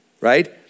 right